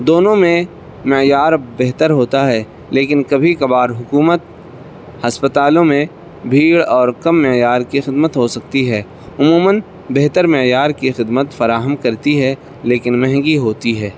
دونوں میں معیار بہتر ہوتا ہے لیکن کبھی کبھار حکومت ہسپتالوں میں بھیڑ اور کم معیار کے خدمت ہو سکتی ہے عموماً بہتر معیار کی خدمت فراہم کرتی ہے لیکن مہنگی ہوتی ہے